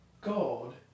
God